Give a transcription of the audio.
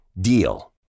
DEAL